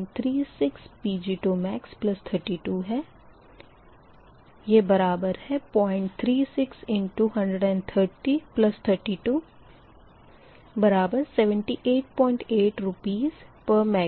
22max036 Pg2max32036×13032788 RsMWhrप्राप्त होगा